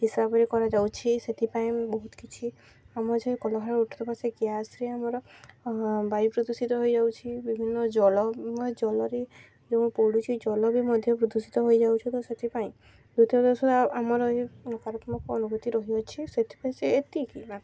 ହିସାବରେ କରାଯାଉଛି ସେଥିପାଇଁ ବହୁତ କିଛି ଆମର ଯେ କଳକାରଖାନା ଉଠୁଥିବା ସେ ଗ୍ୟାସ୍ରେ ଆମର ବାୟୁ ପ୍ରଦୂଷିତ ହେଇଯାଉଛି ବିଭିନ୍ନ ଜଳ ଜଲରେ ଯେଉଁ ମୁଁ ପଡ଼ୁଛି ଜଳ ବି ମଧ୍ୟ ପ୍ରଦୂଷିତ ହୋଇଯାଉଛି ତ ସେଥିପାଇଁ ଦ୍ଵିତୀୟ ଦଶ ଆମର ଏ ନକରାତ୍ମକ ଅନୁଭୂତି ରହିଅଛି ସେଥିପାଇଁ ସେ ଏତିକି ମାତ୍ର